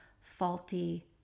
faulty